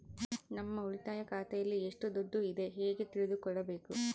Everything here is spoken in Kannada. ನಮ್ಮ ಉಳಿತಾಯ ಖಾತೆಯಲ್ಲಿ ಎಷ್ಟು ದುಡ್ಡು ಇದೆ ಹೇಗೆ ತಿಳಿದುಕೊಳ್ಳಬೇಕು?